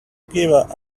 give